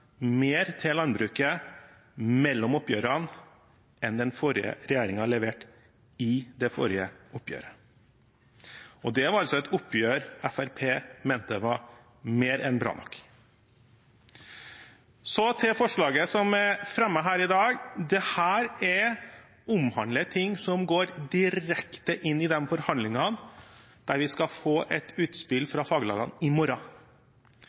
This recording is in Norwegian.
mer til landbruket mellom oppgjørene enn den forrige regjeringen leverte i det forrige oppgjøret, og det var altså et oppgjør Fremskrittspartiet mente var mer enn bra nok. Så til forslaget som er fremmet her i dag. Dette omhandler ting som går direkte inn i de forhandlingene, der vi skal få et utspill fra faglagene i morgen.